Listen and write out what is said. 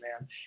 man